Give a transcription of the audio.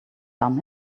done